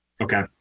Okay